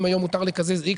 אם היום מותר לקזז X,